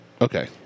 Okay